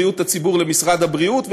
בריאות הציבור למשרד הבריאות,